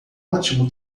ótimo